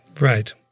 Right